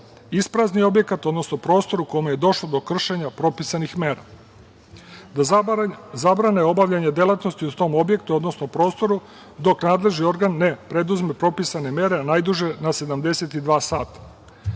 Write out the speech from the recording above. isprazni objekat, odnosno prostor u kome je došlo do kršenja propisanih mera, da zabrane obavljanje delatnosti u tom objektu, odnosno prostoru dok nadležni organ ne preduzme propisane mere najduže na 72 sata. Moram